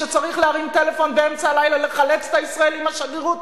כשצריך להרים טלפון באמצע הלילה לחלץ את הישראלים מהשגרירות,